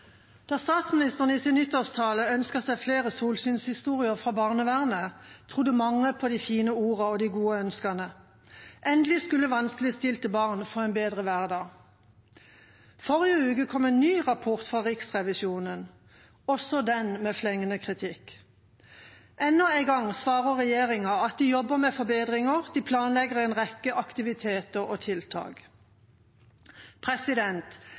Da statsministeren i sin nyttårstale ønsket seg flere solskinnshistorier fra barnevernet, trodde mange på de fine ordene og de gode ønskene. Endelig skulle vanskeligstilte barn få en bedre hverdag. I forrige uke kom en ny rapport fra Riksrevisjonen, også den med flengende kritikk. Enda en gang svarer regjeringa at de jobber med forbedringer, at de planlegger en rekke aktiviteter og